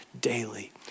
daily